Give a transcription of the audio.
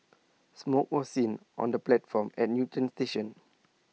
smoke was seen on the platform at Newton station